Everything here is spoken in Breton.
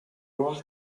oar